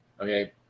Okay